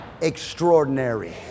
extraordinary